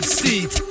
seat